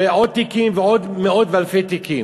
ועוד תיקים ועוד מאות ואלפי תיקים.